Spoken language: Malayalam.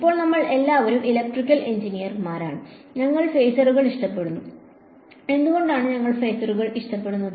ഇപ്പോൾ നമ്മൾ എല്ലാവരും ഇലക്ട്രിക്കൽ എഞ്ചിനീയർമാരാണ് ഞങ്ങൾ ഫേസറുകൾ ഇഷ്ടപ്പെടുന്നു എന്തുകൊണ്ടാണ് ഞങ്ങൾ ഫാസറുകൾ ഇഷ്ടപ്പെടുന്നത്